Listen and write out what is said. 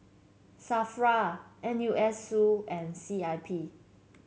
Safra N U S Su and C I P